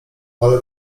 ale